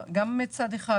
שמצד אחד,